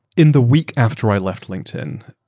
in the week after i left linkedin,